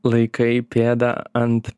laikai pėdą ant